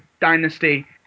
dynasty